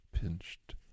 pinched